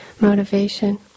motivation